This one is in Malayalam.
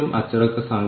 ഇവിടെയായിരുന്നോ